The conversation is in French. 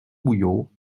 bouillot